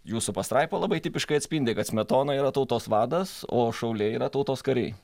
jūsų pastraipa labai tipiškai atspindi kad smetona yra tautos vadas o šauliai yra tautos kariai